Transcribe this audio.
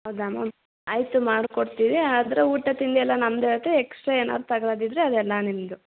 ಹೌದಾ ಮ್ಯಾಮ್ ಆಯ್ತು ಮಾಡ್ಕೊಡ್ತೀವಿ ಆದರೆ ಊಟ ತಿಂಡಿ ಎಲ್ಲ ನಮ್ದೆ ಆಗುತ್ತೆ ಎಕ್ಸ್ಟ್ರಾ ಏನಾರು ತಗೋಳೋದಿದ್ರೆ ಅದೆಲ್ಲ ನಿಮ್ದು